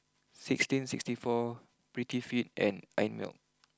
sixteen sixty four Prettyfit and Einmilk